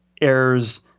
errors